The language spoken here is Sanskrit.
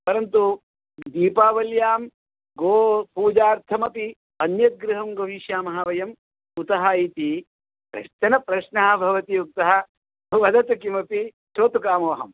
परन्तु दीपावल्यां गोपूजार्थमपि अन्यत् गृहं गमिष्यामः वयं कुतः इति कश्चन प्रश्नः भवति उक्तः वदतु किमपि श्रोतुकामोहम्